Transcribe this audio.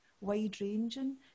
wide-ranging